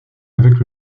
avec